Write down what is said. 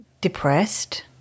depressed